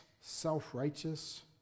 self-righteous